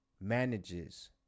Manages